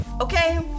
Okay